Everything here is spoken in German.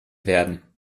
werden